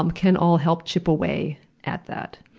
um can all help chip away at that.